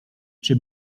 czy